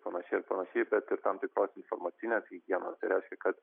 panašiai ir panašiai bet ir tam tikros informacinės higienos tai reiškia kad